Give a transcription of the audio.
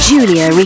Julia